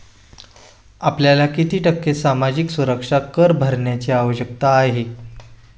आपल्याला किती टक्के सामाजिक सुरक्षा कर भरण्याची आवश्यकता आहे?